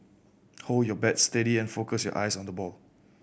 hold your bat steady and focus your eyes on the ball